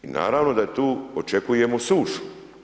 I naravno da tu očekujemo sušu.